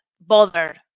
bother